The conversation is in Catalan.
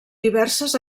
diverses